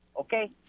okay